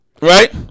Right